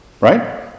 Right